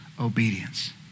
obedience